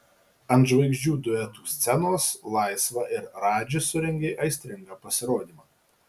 ant žvaigždžių duetų scenos laisva ir radži surengė aistringą pasirodymą